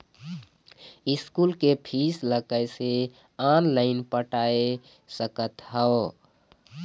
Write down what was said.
School के fees ला कैसे ऑनलाइन पटाए सकत हव?